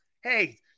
Hey